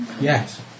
Yes